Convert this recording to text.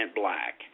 black